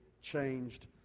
changed